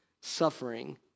suffering